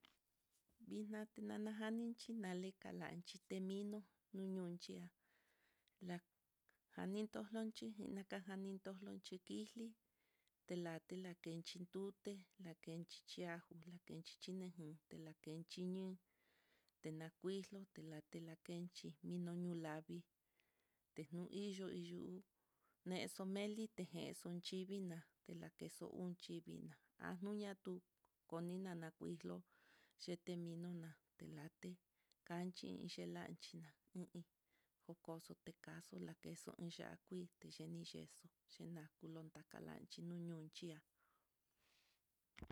Vina tinana jani xhinali kalanchí, temino nu nunchi'a la janitolonchi, ninakani tolonchí kixli lilate lakenchi luté, lakenchi chí ajo, lakenchi chilakin, telakenxhi ñíi nakuixlo telate lakenchí mino ñuu lavii teno iyuu meyu telite genxo xhivila que la queso anchivina anuña ndú, konina kuxlo x ninoná telate kanchinxi telancha i iin, tekaxo la queso iin ya'á kuii, ya'á kuii teyeni yexo'o, xhinakulonta kalanchí nunion ya'a.